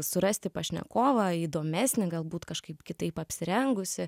surasti pašnekovą įdomesnį galbūt kažkaip kitaip apsirengusį